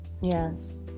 yes